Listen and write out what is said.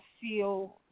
feel